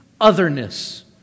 otherness